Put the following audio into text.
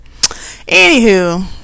Anywho